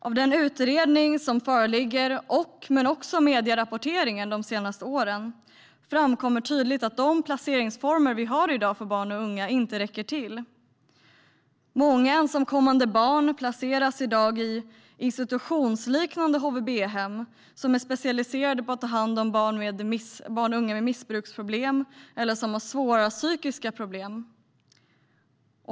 I den utredning som föreligger men också i medierapporteringen de senaste åren framkommer tydligt att de placeringsformer vi i dag har för barn och unga inte räcker till. Många ensamkommande barn placeras i dag i institutionsliknande HVB, som är specialiserade på att ta hand om barn och unga med missbruksproblem eller svåra psykiska problem.